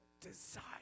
desire